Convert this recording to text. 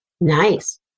Nice